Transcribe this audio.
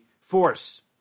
Force